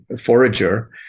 forager